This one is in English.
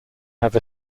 have